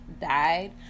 died